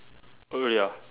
oh really ah